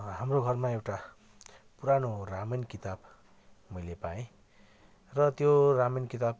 हाम्रो घरमा एउटा पुरानो रामायण किताब मैले पाएँ र त्यो रामायण किताब